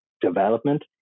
development